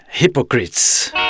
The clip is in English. Hypocrites